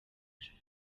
bakicwa